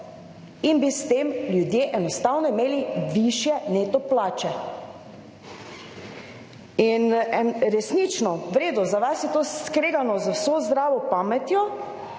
in bi s tem ljudje enostavno imeli višje neto plače. Resnično – v redu, za vas je to skregano z vso zdravo pametjo,